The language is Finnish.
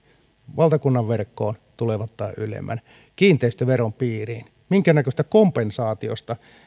valtakunnan verkkoon tulevat tämän ylemmän kiinteistöveron piiriin minkäänlaisesta kompensaatiosta